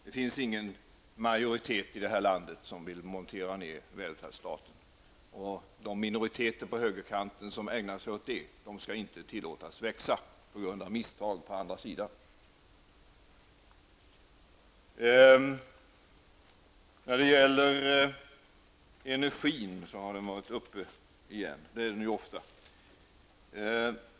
Det finns ingen majoritet i det här landet som vill montera ned välfärdsstaten, och de minoriteter på högerkanten som ägnar sig åt det skall inte tillåtas växa på grund av misstag på andra sidan. Energin har varit uppe igen. Det är den ju ofta.